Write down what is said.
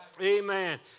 Amen